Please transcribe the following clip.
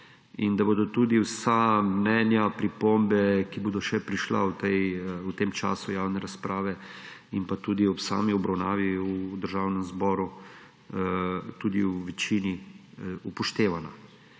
In da bodo tudi vsa mnenja, pripombe, ki bodo še prišli v tem času javne razprave in tudi ob sami obravnavi v Državnem zboru, tudi v večini upoštevani.